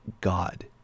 God